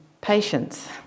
patience